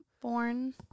Born